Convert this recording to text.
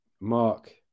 Mark